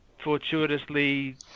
fortuitously